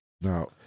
Now